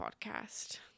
podcast